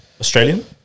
Australian